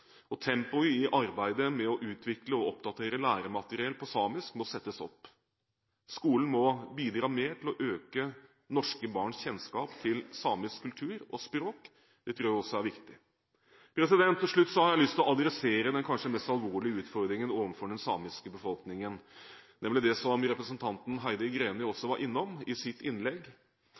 og tempoet i arbeidet med å utvikle og oppdatere læremateriell på samisk må settes opp. Skolen må bidra mer til å øke norske barns kjennskap til samisk kultur og språk. Det tror jeg også er viktig. Til slutt har jeg lyst til å adressere den kanskje mest alvorlige utfordringen overfor den samiske befolkningen, nemlig det som representanten Heidi Greni også var innom i sitt innlegg;